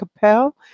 Capel